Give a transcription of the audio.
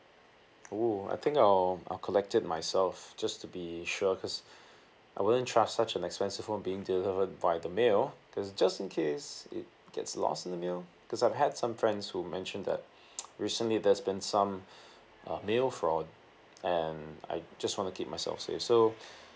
oh I think I'll I'll collect it myself just to be sure cause I wouldn't trust such an expensive phone being delivered by the mail cause just in case it gets lost in the mail because I've had some friends who mentioned that recently there's been some uh mail fraud and I just want to keep myself safe so